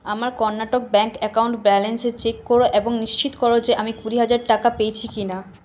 আমার Karnataka bank account balance check কর এবং নিশ্চিত কর যে আমি কুড়ি হাজার টাকা পেয়েছি কিনা